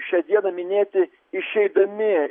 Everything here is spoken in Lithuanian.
šią dieną minėti išeidami